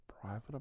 private